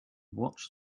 watch